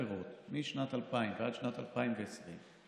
משנת 2000 ועד שנת 2020 הוא